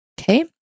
Okay